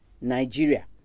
Nigeria